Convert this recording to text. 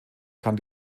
kann